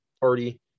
party